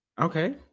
Okay